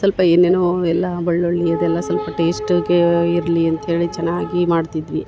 ಸ್ವಲ್ಪ ಏನೇನೋ ಎಲ್ಲಾ ಬೆಳ್ಳುಳ್ಳಿ ಅದೆಲ್ಲ ಸ್ವಲ್ಪ ಟೇಸ್ಟ್ಗೆ ಇರಲಿ ಅಂತೇಳಿ ಚೆನ್ನಾಗಿ ಮಾಡ್ತಿದ್ವಿ